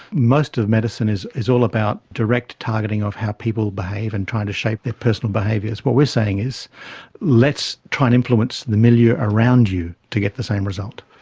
most of medicine is is all about direct targeting of how people behave and trying to shape their personal behaviours. what we're saying is let's try and influence the milieu around you to get the same result.